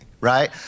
right